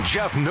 Jeff